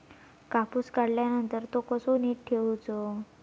कापूस काढल्यानंतर तो कसो नीट ठेवूचो?